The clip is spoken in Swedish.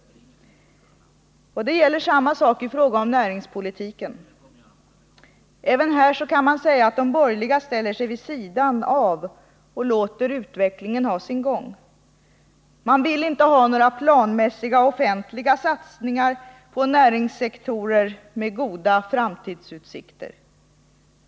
Samma sak gäller i fråga om näringspolitiken. Även här ställer sig de borgerliga vid sidan av och låter utvecklingen ha sin gång. Man vill inte ha några planmässiga offentliga satsningar på näringssektorer med goda framtidsutsikter.